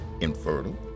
infertile